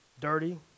Dirty